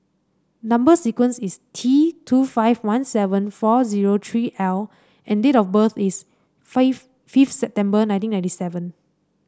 number sequence is T two five one seven four zero three L and date of birth is fifth September nineteen ninety seven